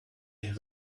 have